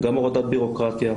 גם הורדת בירוקרטיה.